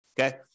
Okay